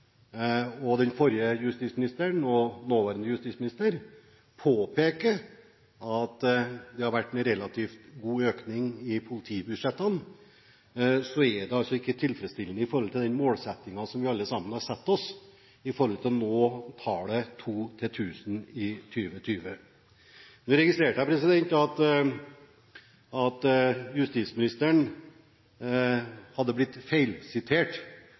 regjeringen, den forrige justisminister og nåværende justisminister påpeker – at det har vært en relativt god økning i politibudsjettene, så er det altså ikke tilfredsstillende i forhold til den målsettingen vi alle sammen har satt oss om å nå målet om to tjenestemenn per 1 000 innbyggere i 2020. Jeg registrerte at justisministeren hadde blitt